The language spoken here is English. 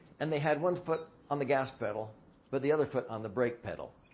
and they had one foot on the gas pedal but the other foot on the brake pedal.